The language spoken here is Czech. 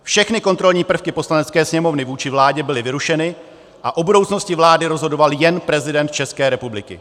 Všechny kontrolní prvky Poslanecké sněmovny vůči vládě byly vyrušeny a o budoucnosti vlády rozhodoval jen prezident České republiky.